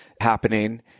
happening